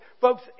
Folks